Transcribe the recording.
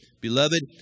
Beloved